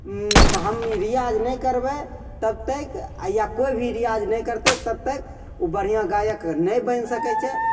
हम रिआज नहि करबै तब तक या कोइ भी रिआज नहि करतै तब तक ओ बढ़िआँ गायक नहि बनि सकै छै